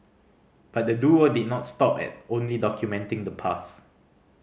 but the duo did not stop at only documenting the past